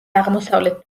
აღმოსავლეთ